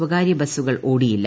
സ്വകാര്യ ബസുകൾ ഓടിയില്ല